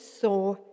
saw